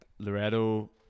Loretto